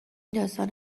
داستان